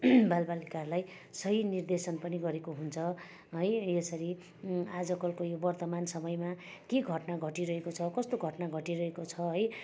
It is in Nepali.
बालबालिकाहरूलाई सही नर्देशन पनि गरेको हुन्छ है यसरी आजकलको यो वर्तमान समयमा के घटना घटिरहेको छ कस्तो घटना घटिरहेको छ है